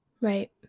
Right